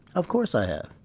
of course i have.